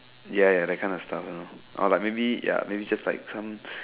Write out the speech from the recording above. ya that kind of stuff you know or like maybe ya maybe just like some